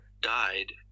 died